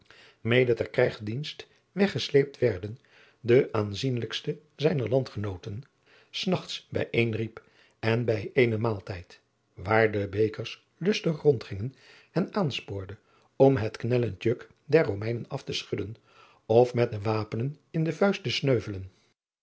ter krijgsdienst weggesleept werden de aanzienlijksten zijner andgenooten s nachts bijeenriep en bij eenen maaltijd waar de bekers lustig rondgingen hen aanspoorde om het knellend juk der omeinen af te schudden of met de wapenen in de vuist te sneuvelen